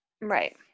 Right